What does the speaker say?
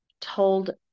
told